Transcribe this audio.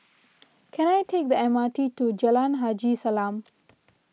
can I take the M R T to Jalan Haji Salam